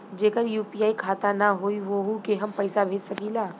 जेकर यू.पी.आई खाता ना होई वोहू के हम पैसा भेज सकीला?